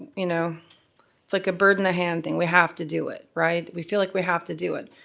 you know it's like a bird in the hand thing, we have to do it, right? we feel like we have to do it.